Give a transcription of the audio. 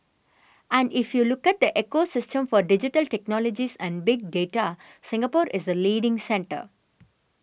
and if you look at the ecosystem for digital technologies and big data Singapore is the leading centre